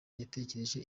yatekereje